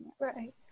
Right